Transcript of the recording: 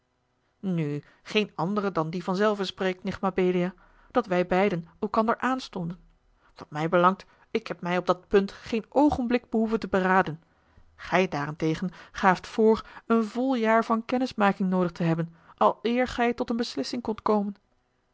nu geene andere dan die vanzelve spreekt nicht abelia dat wij beiden elkander aanstonden wat mij belangt ik heb mij op dat punt geen oogenblik behoeven te beraden gij daarentegen gaaft voor een vol jaar van kennismaking noodig te hebben aleer gij tot eene beslissing kondt komen